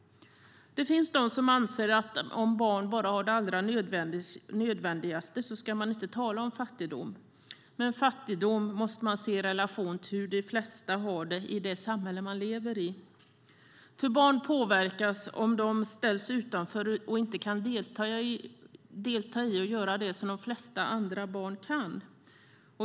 Det finns de som anser att om barn har det allra nödvändigaste ska man inte tala om fattigdom. Fattigdom måste dock ses i relation till hur de flesta har det i det samhälle man lever i. Barn påverkas om de ställs utanför och inte kan delta i och göra det som de allra flesta barn kan.